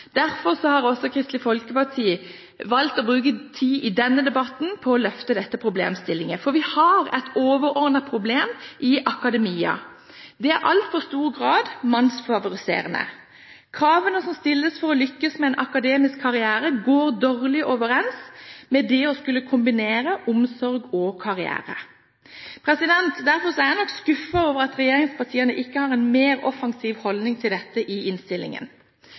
Derfor har også Kristelig Folkeparti valgt å bruke tid i denne debatten på å løfte denne problemstillingen. For vi har et overordnet problem i akademia. Akademia er i altfor stor grad mannsfavoriserende. Kravene som stilles for å lykkes med en akademisk karriere, går dårlig overens med det å skulle kombinere omsorg og karriere. Derfor er jeg nok skuffet over at regjeringspartiene ikke har en mer offensiv holdning til dette i innstillingen.